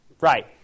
Right